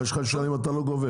מה יש לשלם אם אתה לא גובה?